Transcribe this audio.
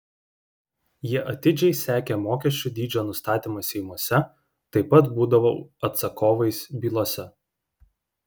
jie atidžiai sekė mokesčių dydžio nustatymą seimuose taip pat būdavo atsakovais bylose